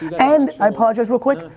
and, i apologize real quick.